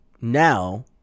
now